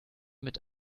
mit